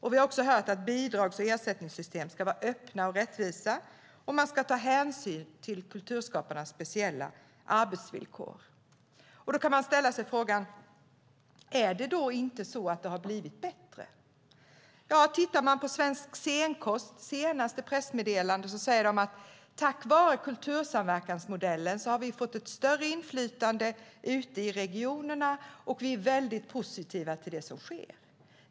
Vi har hört att bidrags och ersättningssystemen ska vara öppna och rättvisa, och man ska ta hänsyn till kulturskapares ofta speciella arbetsvillkor. Då kan man ställa sig frågan: Är det inte så att det har blivit bättre? I Svensk Scenkonsts senaste pressmeddelande säger man: Tack vare kultursamverkansmodellen har vi fått ett större inflytande ute i regionerna, och vi är väldigt positiva till det som sker.